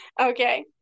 okay